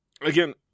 again